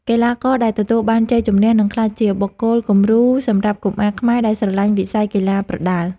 កីឡាករដែលទទួលបានជ័យជំនះនឹងក្លាយជាបុគ្គលគំរូសម្រាប់កុមារខ្មែរដែលស្រឡាញ់វិស័យកីឡាប្រដាល់។